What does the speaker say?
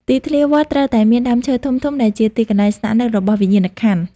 ទីធ្លាវត្ត ត្រូវតែមានដើមឈើធំៗ ដែលជាទីកន្លែងស្នាក់នៅរបស់វិញ្ញាណក្ខន្ធ។